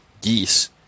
geese